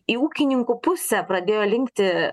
į ūkininkų pusę pradėjo linkti